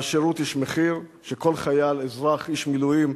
לשירות יש מחיר שכל חייל, אזרח, איש מילואים,